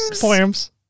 poems